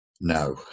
No